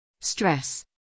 stress